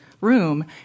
room